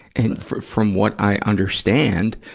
and from what i understand,